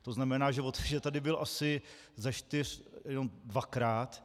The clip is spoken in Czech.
To znamená, že tady byl asi ze čtyř jenom dvakrát.